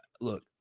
look